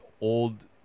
old